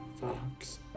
Fox